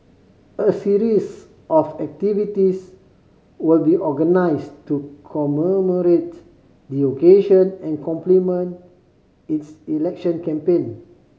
a series of activities will be organised to commemorate the occasion and complement its election campaign